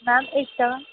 ma'am Ekta